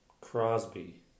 Crosby